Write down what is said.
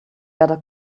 better